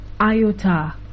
iota